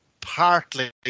partly